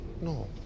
No